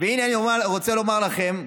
והינה, אני רוצה לומר לכם,